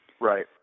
right